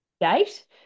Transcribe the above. date